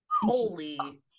Holy